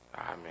Amen